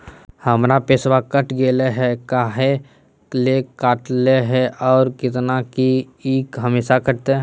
हमर पैसा कट गेलै हैं, काहे ले काटले है और कितना, की ई हमेसा कटतय?